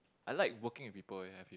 I like working with people eh I feel